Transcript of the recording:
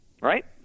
right